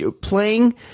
playing